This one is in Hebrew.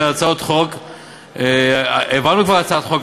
אבל לשכת עורכי-הדין הייתה יכולה לטפל בזה